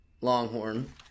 Longhorn